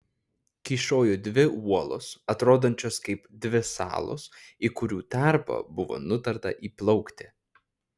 kyšojo dvi uolos atrodančios kaip dvi salos į kurių tarpą buvo nutarta įplaukti